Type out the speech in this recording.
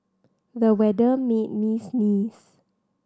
the weather made me sneeze